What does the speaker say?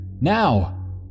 Now